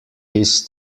his